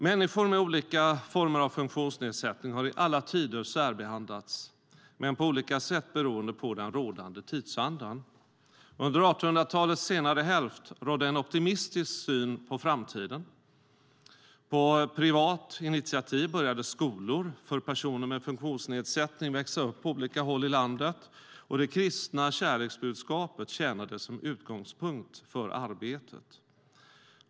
Människor med olika former av funktionsnedsättning har i alla tider särbehandlats, men på olika sätt beroende på den rådande tidsandan. Under 1800-talets senare hälft rådde en optimistisk syn på framtiden. På privat initiativ började skolor för personer med funktionsnedsättning växa upp på olika håll i landet och det kristna kärleksbudskapet tjänade som utgångspunkt för arbetet.